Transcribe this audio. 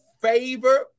favor